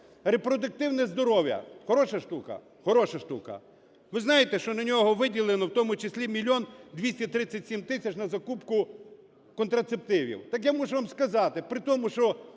Репродуктивне здоров'я – хороша штука? Хороша штука. Ви знаєте, що на нього виділено в тому числі мільйон 237 тисяч на закупку контрацептивів? Так я мушу вам сказати, при тому, що